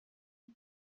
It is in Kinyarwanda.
ngo